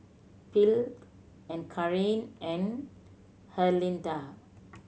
Phil and Karin and Herlinda